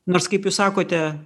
nors kaip jūs sakote